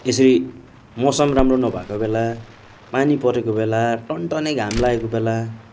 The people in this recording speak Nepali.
यसरी मौसम राम्रो नभएको बेला पानी परेको बेला टनटने घाम लाएको बेला